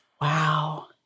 Wow